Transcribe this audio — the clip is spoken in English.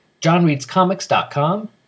JohnReadsComics.com